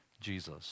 Jesus